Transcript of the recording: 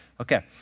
Okay